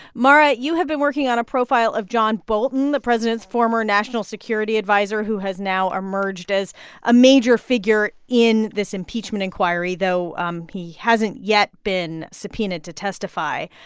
mara, you have been working on a profile of john bolton, the president's former national security adviser, who has now emerged as a major figure in this impeachment inquiry, though um he hasn't yet been subpoenaed to testify.